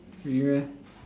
really meh